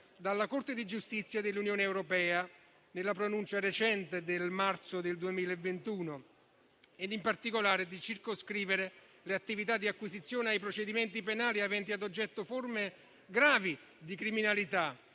dalla Corte di giustizia dell'Unione europea nella recente pronuncia del marzo 2021, e in particolare per circoscrivere le attività di acquisizione ai procedimenti penali aventi ad oggetto forme gravi di criminalità